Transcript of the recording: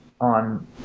on